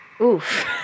oof